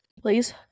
please